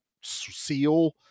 SEAL